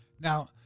Now